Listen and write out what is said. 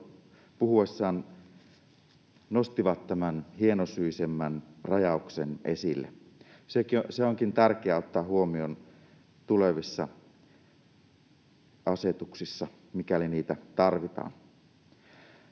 puhuessaan nostivat tämän hienosyisemmän rajauksen esille. Se onkin tärkeää ottaa huomioon tulevissa asetuksissa, mikäli niitä tarvitaan.